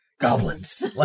goblins